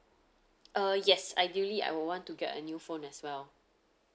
uh yes ideally I will want to get a new phone as well